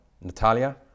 Natalia